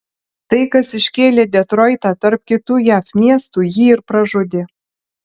tai kas iškėlė detroitą tarp kitų jav miestų jį ir pražudė